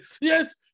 yes